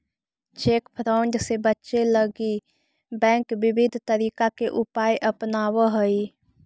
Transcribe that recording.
cheque fraud से बचे लगी बैंक विविध तरीका के उपाय अपनावऽ हइ